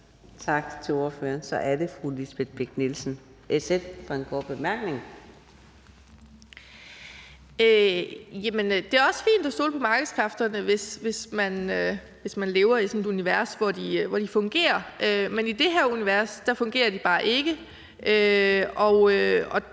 Tak til ordføreren. Så er det fru Lisbeth Bech-Nielsen, SF, for en kort bemærkning. Kl. 20:15 Lisbeth Bech-Nielsen (SF): Jamen det er også fint at stole på markedskræfterne, hvis man lever i sådan et univers, hvor de fungerer. Men i det her univers fungerer de bare ikke.